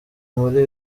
muri